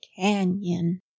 canyon